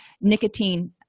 nicotine